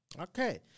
Okay